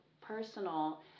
personal